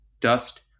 dust